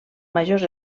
majors